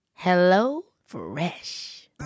HelloFresh